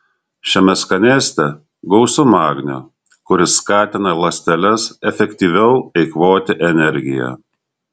šiame skanėste gausu magnio kuris skatina ląsteles efektyviau eikvoti energiją